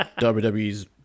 WWE's